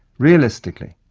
realistically,